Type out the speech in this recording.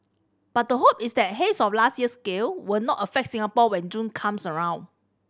but the hope is that haze of last year's scale will not affect Singapore when June comes around